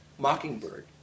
Mockingbird